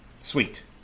Sweet